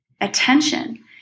attention